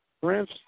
Prince